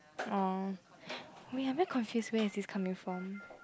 orh wait I very confused where is this coming from